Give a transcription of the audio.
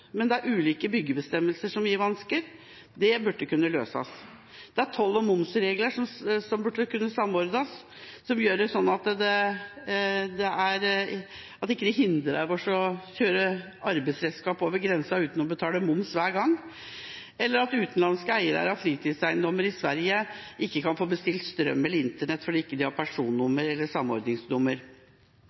men der det er ulike byggebestemmelser som gir vansker. Det burde kunne løses. Det er toll- og momsregler som burde kunne samordnes og gjøres slik at det ikke hindrer oss i å føre arbeidsredskap over grensene uten å betale moms hver gang, eller at utenlandske eiere av fritidseiendommer i Sverige ikke kan få bestilt strøm eller internett fordi de ikke har personnummer, eller